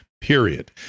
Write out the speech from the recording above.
period